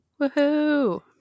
Woohoo